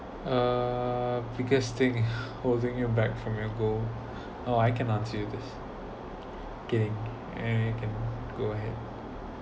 uh because thing holding you back from your goal oh I can answer you this okay and you can go ahead